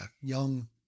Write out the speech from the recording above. Young